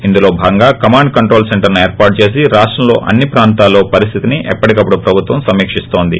ఇందులో భాగంగా command control సెంటర్ను ఏర్పాటు చేసి రాష్టంలో అన్ని ప్రాంతాల్లో పరిస్లితిని ఎప్పటికప్పుడు ప్రభుత్వం సమికిస్తోంది